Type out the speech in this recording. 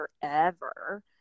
forever